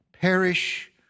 perish